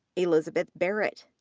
elizabeth barrett.